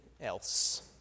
else